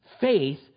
Faith